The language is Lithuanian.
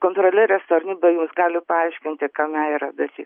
kontrolieriaus tarnyba jums gali paaiškinti kame yra dalykas